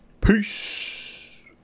peace